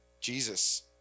Jesus